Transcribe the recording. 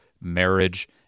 marriage